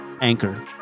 Anchor